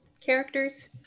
characters